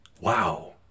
wow